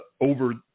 over